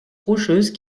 rocheuse